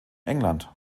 england